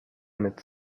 mit